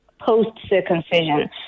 post-circumcision